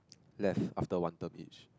left after one term each